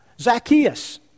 Zacchaeus